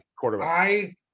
quarterback